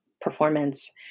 performance